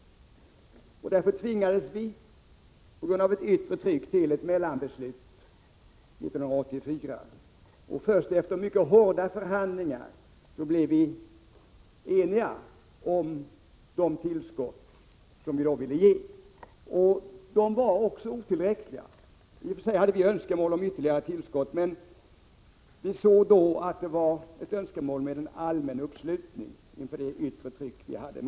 Därför tvingades vi på grund av ett yttre tryck till ett mellanbeslut 1984. Först efter mycket hårda förhandlingar blev vi eniga om tillskotten. Dessa var otillräckliga. I och för sig hade vi önskemål om ytterligare tillskott, men vi ansåg då att det inför det yttre tryck vi hade mot oss fanns ett önskemål om allmän uppslutning.